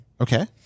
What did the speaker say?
Okay